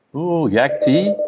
oo yak tea?